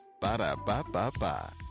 Ba-da-ba-ba-ba